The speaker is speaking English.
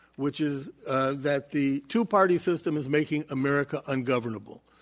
which is ah that the two-party system is making american ungovernable.